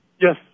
Yes